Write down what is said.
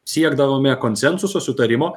siekdavome konsensuso sutarimo